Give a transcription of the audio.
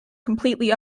completely